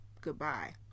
goodbye